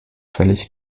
völlig